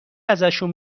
ازشون